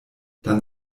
dann